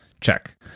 check